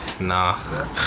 Nah